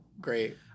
Great